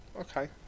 Okay